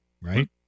Right